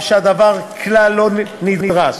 אף שהדבר כלל לא נדרש,